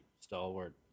stalwart